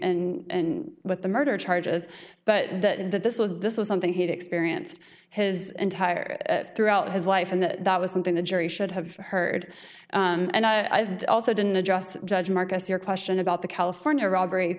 facing and with the murder charges but that this was this was something he'd experienced his entire throughout his life and that was something the jury should have heard and i also didn't address judge marcus your question about the california robbery